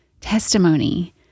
testimony